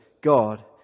God